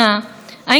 ללהט"בים,